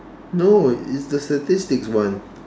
no it's the statistics one